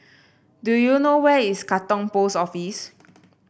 do you know where is Katong Post Office